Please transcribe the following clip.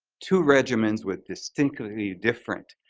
two regimens with distinctly different.